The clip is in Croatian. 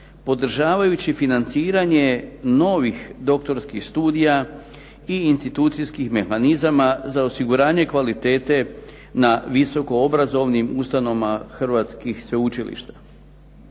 podržavajući financiranje novih doktorskih studija i institucijskih mehanizama za osiguranje kvalitete na visoko obrazovnim ustanovama hrvatskih sveučilišta.